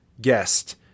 guest